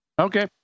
Okay